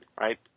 right